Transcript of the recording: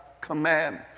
command